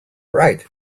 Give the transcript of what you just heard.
right